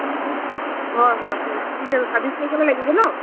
অঁ হয় হয় ঠিক আছে ছাব্বিছ তাৰিখলৈ লাগিব নহ্